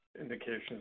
indications